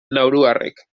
nauruarrek